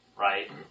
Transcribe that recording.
Right